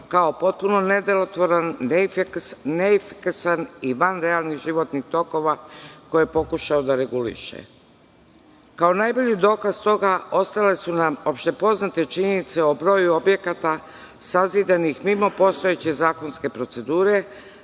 kao potpuno nedelotvoran, neefikasan, i van realnih životnih tokova koje je pokušao da reguliše. Kao najbolji dokaz toga ostale su nam opšte poznate činjenice o broju objekata sazidanih mimo postojeće zakonske procedure,